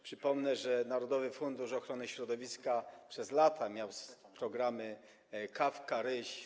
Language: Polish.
Przypomnę, że narodowy fundusz ochrony środowiska przez lata miał programy „Kawka” i „Ryś”